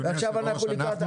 אדוני היושב-ראש, אנחנו מתנגדים.